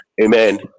amen